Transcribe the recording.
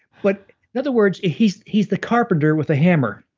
but in other words, he's he's the carpenter with the hammer.